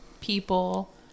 people